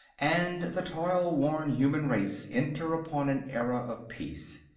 and the toil-worn human race enter upon an era of peace.